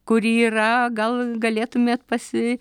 kur yra gal galėtumėt pasi